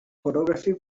photography